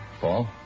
Paul